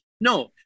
No